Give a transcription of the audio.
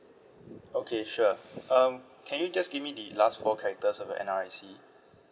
okay sure um can you just give me the last four characters of your N_R_I_C